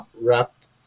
wrapped